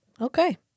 Okay